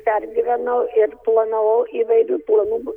pergyvenau ir planavau įvairių planų